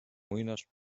młynarz